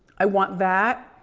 i want that.